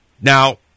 Now